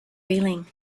feeling